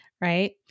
right